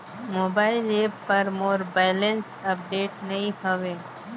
mobile app पर मोर balance update नई हवे